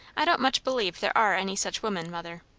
i don't much believe there are any such women, mother.